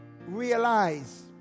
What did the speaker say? realize